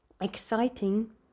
exciting